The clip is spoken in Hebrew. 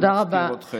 תודה רבה.